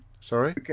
Sorry